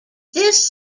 this